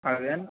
అదేండి